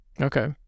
Okay